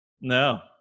no